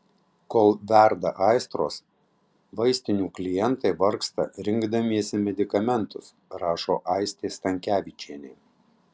kol verda aistros vaistinių klientai vargsta rinkdamiesi medikamentus rašo aistė stankevičienė